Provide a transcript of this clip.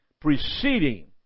preceding